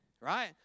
right